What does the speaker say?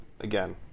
again